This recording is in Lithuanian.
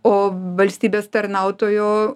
o valstybės tarnautojo